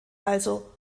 also